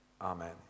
Amen